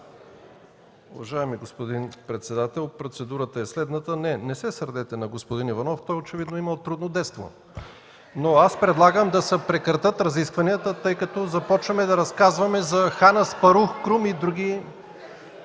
Уважаеми господин председател! Процедурата е следната. Не, не се сърдете на господин Иванов, той очевидно е имал трудно детство. (Смях в КБ и ДПС.) Предлагам да се прекратят разискванията, тъй като започваме да разказваме за хан Аспарух, Крум и други